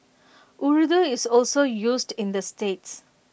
Urdu is also used in the states